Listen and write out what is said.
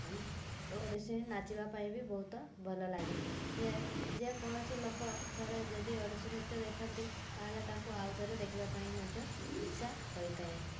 ଓଡ଼ିଶୀ ନାଚିବା ପାଇଁ ବି ବହୁତ ଭଲ ଲାଗେ ସିଏ ଯେକୌଣସି ଲୋକ ଥରେ ଯଦି ଓଡ଼ିଶୀ ନୃତ୍ୟ ଦେଖନ୍ତି ତା'ହେଲେ ତାଙ୍କୁ ଆଉ ଥରେ ଦେଖିବା ପାଇଁ ମଧ୍ୟ ଇଚ୍ଛା ହୋଇଥାଏ